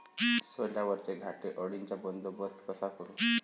सोल्यावरच्या घाटे अळीचा बंदोबस्त कसा करू?